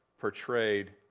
portrayed